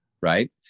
right